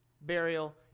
burial